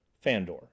Fandor